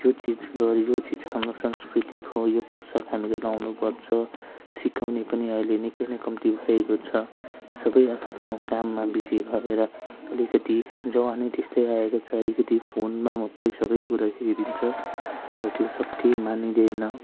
यो चिज गर यो चिज हाम्रो संस्कृति हो यो पोसाक हामीले लगाउनुपर्छ सिकाउने पनि अहिले निकै नै कम्ती भएको छ सबै आआफ्नो काममा बिजी भएर अलिकति जमानै त्यस्तै आएको छ अलिकति फोनमा मात्रै सबै कुरा केही दिन्छ तर त्यो सब केही मानिँदैन